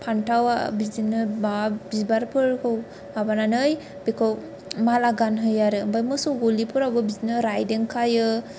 फान्थाव बिदिनो माबा बिबारफोरखौ माबानानै बेखौ माला गानहोयो आरो आमफ्राय मोसौ गलिफ्रावबो बिदिनो रायदों खायो